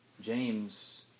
James